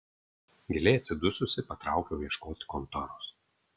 giliai atsidususi patraukiau ieškoti kontoros